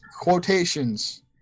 quotations